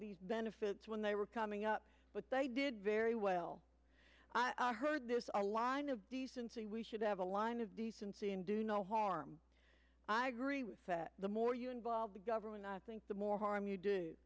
these benefits when they were coming up but they did very well heard a line of decency we should have a line of decency and do no harm i agree with that the more you involve the government i think the more harm you do